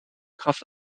kraft